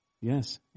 Yes